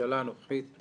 הממשלה הנוכחית,